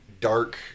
dark